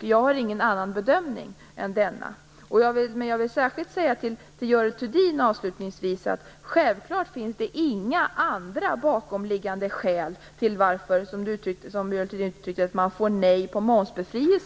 Jag har ingen annan bedömning än denna. Jag vill avslutningsvis särskilt säga till Görel Thurdin att det självklart inte finns några andra bakomliggande skäl till att man, som Görel Thurdin uttryckte det, får nej på momsbefrielse.